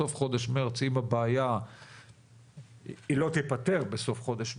אם הבעיה לא תיפתר בסוף חודש מארס,